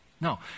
No